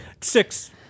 Six